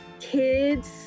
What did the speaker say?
kids